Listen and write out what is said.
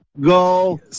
go